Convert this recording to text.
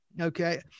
Okay